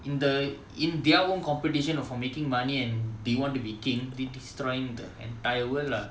in the in their own competition for making money and they want to be king they destroying the entire world lah